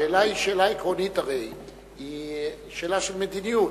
השאלה היא שאלה עקרונית, היא שאלה של מדיניות.